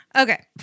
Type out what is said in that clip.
Okay